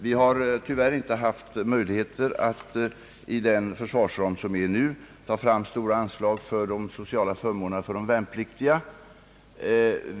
Vi har tyvärr inte haft möjlighet att i nuvarande försvarsfront ta med stora anslag för sociala förmåner för de värnpliktiga.